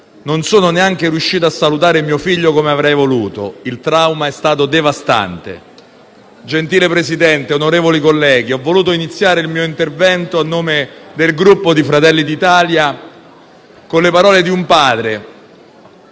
Non sono neanche riuscito a salutare mio figlio come avrei voluto. Il trauma è stato devastante». Gentile Presidente, onorevoli colleghi, ho voluto iniziare il mio intervento a nome del Gruppo Fratelli d'Italia con le parole di un padre,